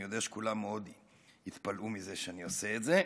אני יודע שכולם מאוד יתפלאו מזה שאני עושה את זה.